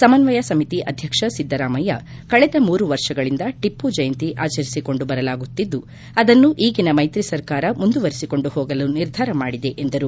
ಸಮನ್ನಯ ಸಮಿತಿ ಅಧ್ಯಕ್ಷ ಸಿದ್ದರಾಮಯ್ಯ ಕಳೆದ ಮೂರು ವರ್ಷಗಳಿಂದ ಟಿಮ್ನ ಜಯಂತಿ ಆಚರಿಸಿಕೊಂಡು ಬರಲಾಗುತ್ತಿದ್ದು ಆದನ್ನು ಈಗಿನ ಮೈತ್ರಿ ಸರ್ಕಾರವು ಮುಂದುವರಿಸಕೊಂಡು ಹೋಗಲು ನಿರ್ಧಾರ ಮಾಡಿದೆ ಎಂದರು